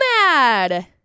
mad